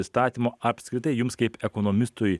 įstatymo apskritai jums kaip ekonomistui